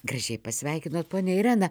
gražiai pasveikinot ponią ireną